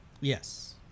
Yes